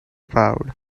crowd